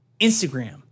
Instagram